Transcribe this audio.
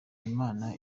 imana